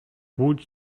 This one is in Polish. łódź